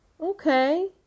Okay